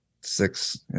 Six